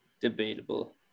Debatable